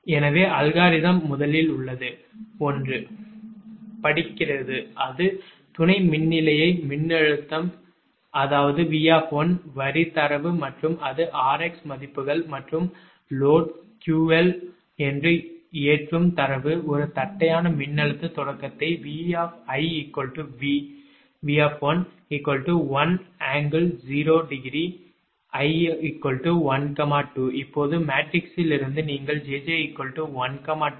எனவே அல்காரிதம் முதலில் உள்ளது 1 படிக்கிறது அது துணை மின்நிலைய மின்னழுத்தம் அதாவது 𝑉 வரி தரவு மற்றும் அது 𝑟 𝑥 மதிப்புகள் மற்றும் load 𝑄𝐿 வலது என்று ஏற்றும் தரவு ஒரு தட்டையான மின்னழுத்த தொடக்கத்தை 𝑉𝑖 𝑉 1∠0 ° 𝑖 1 2 இப்போது மேட்ரிக்ஸிலிருந்து நீங்கள் 𝑗𝑗 12